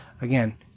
again